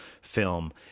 film